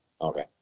okay